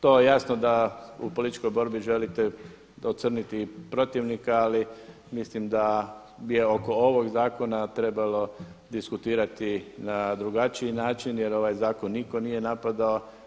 To je jasno da u političkoj borbi želite ocrniti protivnika ali mislim da je oko ovog zakona trebalo diskutirati na drugačiji način jer ovaj zakon nitko nije napadao.